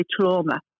trauma